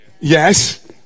Yes